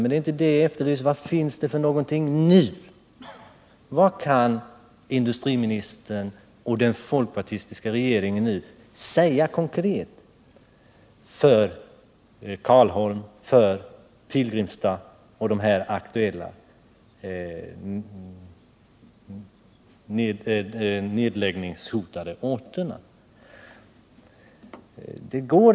Men det är inte det som vi efterlyser, utan vi vill ha svar på frågan vad industriministern och den folkpartistiska regeringen nu kan säga konkret beträffande Karlholm, Pilgrimstad och de aktualla nedläggningshotade orterna.